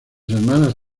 hermanas